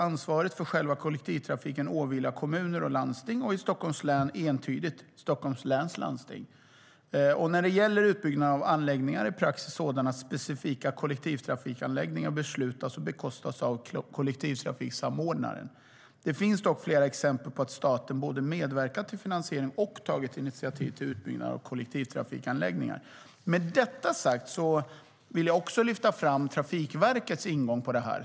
Ansvaret för själva kollektivtrafiken åvilar kommuner och landsting, i Stockholms län entydigt Stockholms läns landsting. När det gäller utbyggnad av anläggningar är praxis sådan att specifika kollektivtrafikanläggningar beslutas och bekostas av kollektivtrafiksamordnaren. Det finns dock flera exempel på att staten både medverkat till finansiering och tagit initiativ till utbyggnad av kollektivtrafikanläggningar. Med detta sagt vill jag också lyfta fram Trafikverkets ingång i detta.